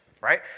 right